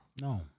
No